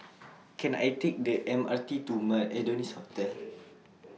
Can I Take The M R T to Adonis Hotel